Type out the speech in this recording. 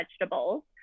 vegetables